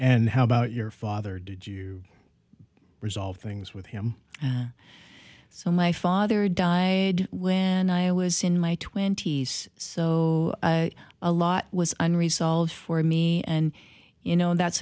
and how about your father did you resolve things with him so my father died when i was in my twenty's so a lot was on resolved for me and you know that's